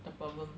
the problem